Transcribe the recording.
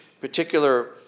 particular